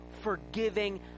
forgiving